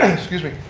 excuse me.